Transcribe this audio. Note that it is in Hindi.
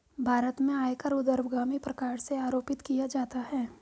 भारत में आयकर ऊर्ध्वगामी प्रकार से आरोपित किया जाता है